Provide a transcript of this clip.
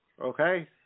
Okay